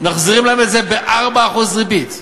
מחזירים להם את זה ב-4% ריבית.